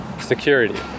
security